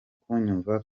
kunyumva